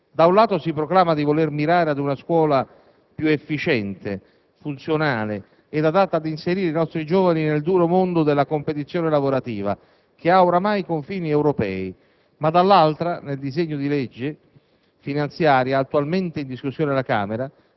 sull'operato del Governo Berlusconi. Da un lato, si proclama di voler mirare ad una scuola più efficiente, funzionale e adatta ad inserire i nostri giovani nel duro mondo della competizione lavorativa, che ha oramai confini europei, ma dall'altro, nel disegno di legge